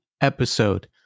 episode